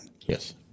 Yes